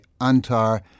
Antar